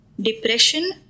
Depression